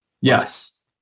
Yes